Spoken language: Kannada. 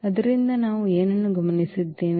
ಆದ್ದರಿಂದ ನಾವು ಏನನ್ನು ಗಮನಿಸಿದ್ದೇವೆ